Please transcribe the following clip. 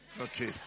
Okay